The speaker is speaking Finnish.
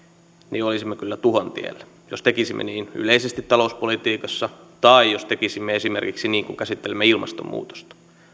niin olisimme kyllä tuhon tiellä jos tekisimme niin yleisesti talouspolitiikassa tai jos tekisimme niin silloin kun käsittelemme esimerkiksi ilmastonmuutosta ja